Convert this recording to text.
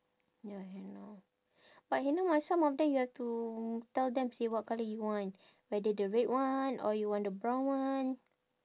ya henna but henna must some of them you have to tell them say what colour you want whether the red one or you want the brown one